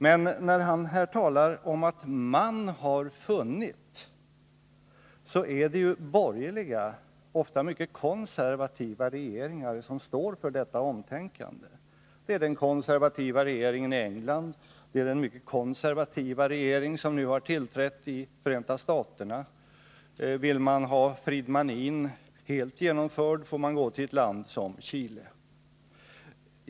Men när han här talar om att ”man har funnit”, så är det ju borgerliga, ofta mycket konservativa regeringar som står för detta omtänkande. Det är den konservativa regeringen i England, det är den mycket konservativa regering som nu har tillträtt i Förenta staterna. Vill man se ”Friedmanin” helt genomförd, får man gå till ett land som Chile.